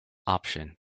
option